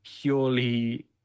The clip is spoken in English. purely